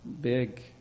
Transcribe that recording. Big